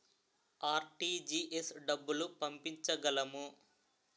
RTGS డబ్బులు పంపించగలము?